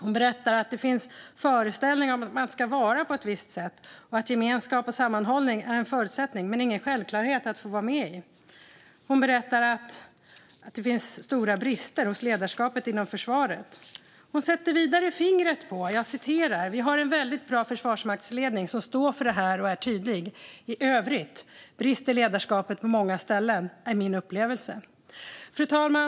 Det finns föreställningar om att man ska vara på ett visst sätt och att gemenskap och sammanhållning är en förutsättning, men ingen självklarhet att vara med i." Hon berättar att det finns stora brister hos ledarskapet inom försvaret. Vidare sätter hon fingret på något: "Vi har en väldigt bra försvarsmaktsledning som står för det här och är tydlig. I övrigt brister ledarskapet på många ställen, är min upplevelse." Fru talman!